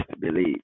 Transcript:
believe